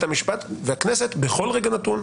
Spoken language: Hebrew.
הן לבית המשפט והכנסת בכל רגע נתון,